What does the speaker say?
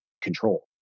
control